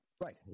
Right